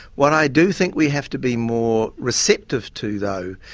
what i do think we have to be more receptive to, though,